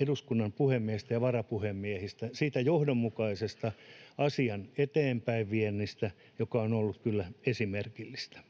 eduskunnan puhemiehestä ja varapuhemiehistä, siitä johdonmukaisesta asian eteenpäinviennistä, joka on ollut kyllä esimerkillistä.